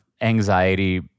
anxiety